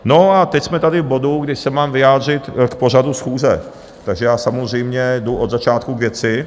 A teď jsme tady v bodu, kdy se mám vyjádřit k pořadu schůze, takže já samozřejmě jdu od začátku k věci.